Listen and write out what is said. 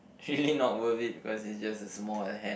really not worth it because it's just a small hat